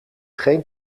geen